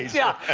yeah.